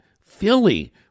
Philly